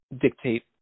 dictate